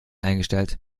eingestellt